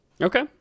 Okay